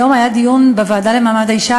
היום היה דיון בוועדה למעמד האישה,